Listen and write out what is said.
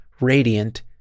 radiant